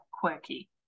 quirky